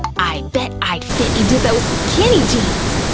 i bet i'd fit into those skinny jeans.